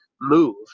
move